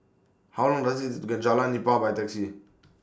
How Long Does IT get Jalan Nipah By Taxi